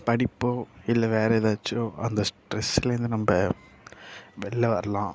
படிப்போ இல்லை வேறு ஏதாச்சோ அந்த ஸ்ட்ரெஸ்லேந்து நம்ப வெளில வரலாம்